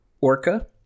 Orca